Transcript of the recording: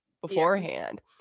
beforehand